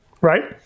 Right